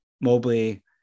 Mobley